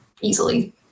easily